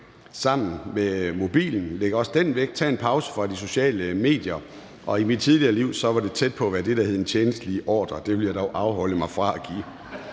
sammen med mobilen, læg også den væk. Tag en pause fra de sociale medier. I mit tidligere liv var det tæt på at være det, der hed en tjenstlig ordre – det vil jeg dog afholde mig fra at give.